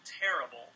terrible